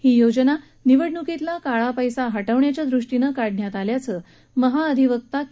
ही योजना निवडणुकीतला काळा पस्ती हटवण्याच्या दृष्टीनं काढण्यात आल्याचं महाअधिवक्ता के